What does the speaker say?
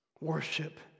worship